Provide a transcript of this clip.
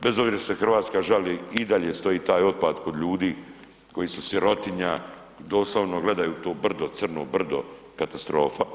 Bez obzira što se Hrvatska žali i dalje stoji taj otpad kod ljudi koji su sirotinja i doslovno gledaju u to brdo, crno brdo, katastrofa.